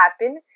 happen